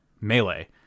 melee